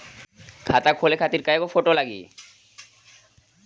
खाता खोले खातिर कय गो फोटो लागी?